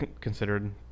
considered